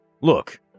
Look